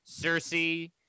Cersei